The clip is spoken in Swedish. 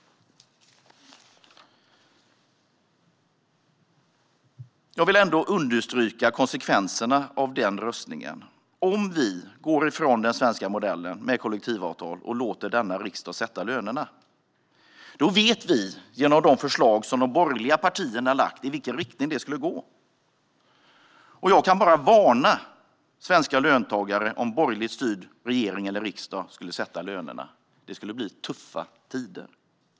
Jag vill ändå understryka konsekvenserna av den rösten. Om vi går ifrån den svenska modellen med kollektivavtal och låter denna riksdag sätta lönerna vet vi, genom de förslag de borgerliga partierna har lagt fram, i vilken riktning det skulle gå. Jag kan bara varna svenska löntagare för hur det skulle bli om en borgerligt styrd regering eller riksdag skulle sätta lönerna. Det skulle bli tuffa tider.